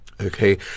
Okay